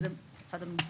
זה אחד הממצאים.